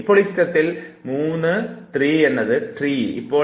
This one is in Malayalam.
ഇപ്പോൾ ഈ ചിത്രത്തിൽ 3 ത്രീ എന്ന ട്രീ മരം